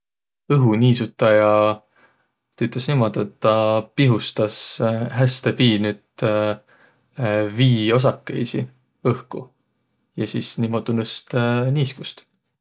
Õhuniisutaja tüütäs niimuudu, et tuu pihustas häste piinüt vii osakõisi õhku ja sis niimuudu nõst niiskust.